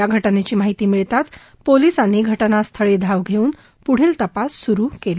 या घटनेची माहिती मिळताच पोलिसांनी त्वरित घटनास्थळी धाव घेऊन पृढील तपास सुरु केला